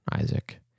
Isaac